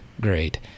great